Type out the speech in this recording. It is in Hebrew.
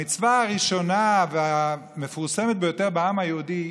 המצווה הראשונה והמפורסמת ביותר בעם היהודי